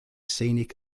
scenic